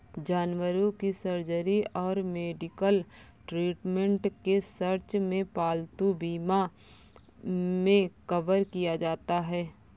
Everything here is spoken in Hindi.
जानवरों की सर्जरी और मेडिकल ट्रीटमेंट के सर्च में पालतू बीमा मे कवर किया जाता है